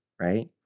right